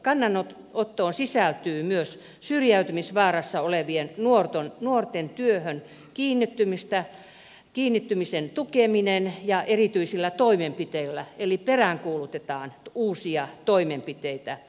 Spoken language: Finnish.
tähän kannanottoon sisältyy myös syrjäytymisvaarassa olevien nuorten työhön kiinnittymistä kiinnittymisen tukeminen erityisillä toimenpiteillä eli peräänkuulutetaan uusia toimenpiteitä